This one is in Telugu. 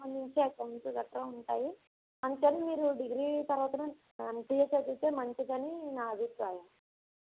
అకౌంట్స్ గట్రా ఉంటాయి అందుకని మీరు డిగ్రీ తర్వాత ఏమ్సీఏ చదివితే మంచిదని నా అభిప్రాయం